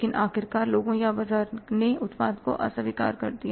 लेकिन आखिरकार लोगों या बाजार ने उत्पाद को अस्वीकार कर दिया